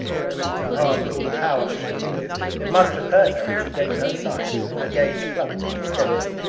i gripped her arm with all the power of my fingers. it must have hurt her but she gave no sign her gaze clung to me steadily.